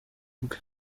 bwe